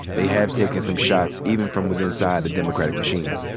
they have taken some shots even from with inside the democratic machine.